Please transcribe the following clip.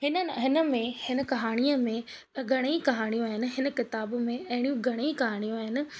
हिन हिन में हिन कहाणीअ में त घणेई कहाणियूं आहिनि हिन किताब में अहिड़ियूं घणेई कहाणियूं आहिनि